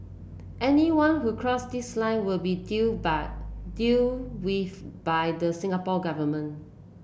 anyone who cross this line will be dealt dealt with by the Singapore Government